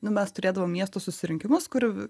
nu mes turėdavom miesto susirinkimus kur